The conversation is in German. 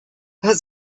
bei